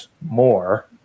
more